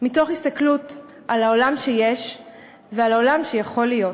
מתוך הסתכלות על העולם שיש ועל העולם שיכול להיות.